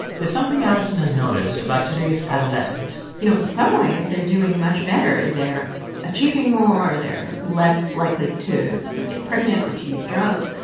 there's something alison has noticed about today's adolescence you know, in some ways, they're doing much better. they're achieving more, they're less likely to get pregnant or to use drugs.